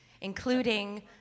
including